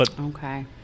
Okay